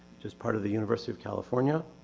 which is part of the university of california.